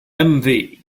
display